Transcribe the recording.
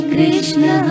Krishna